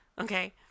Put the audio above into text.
okay